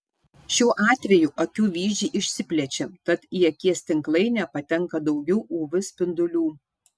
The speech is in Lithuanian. šiuo atveju akių vyzdžiai išsiplečia tad į akies tinklainę patenka daugiau uv spindulių